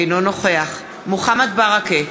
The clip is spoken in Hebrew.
אינו נוכח מוחמד ברכה,